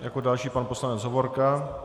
Jako další pan poslanec Hovorka.